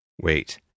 Wait